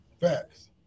Facts